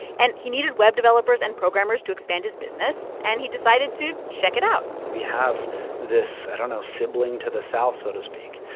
and he needed web developers and programmers to expand his business, and he decided to check it out we have this, i don't know, sibling to the south, so to speak.